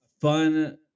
fun